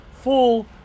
full